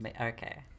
Okay